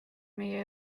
meie